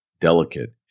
delicate